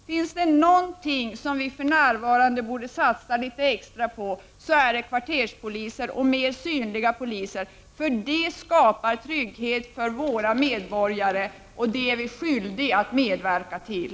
Om det finns något som vi för närvarande borde satsa litet extra på, är det kvarterspoliser och fler synliga poliser. Det skapar trygghet för våra medborgare, och det är vi skyldiga att medverka till.